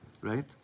right